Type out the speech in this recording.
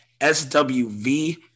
SWV